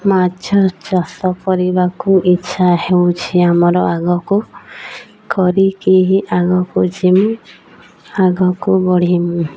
ମାଛ ଚାଷ କରିବାକୁ ଇଚ୍ଛା ହେଉଛି ଆମର ଆଗକୁ କରିକି ଆଗକୁ ଯିମୁ ଆଗକୁ ବଢ଼ିମୁ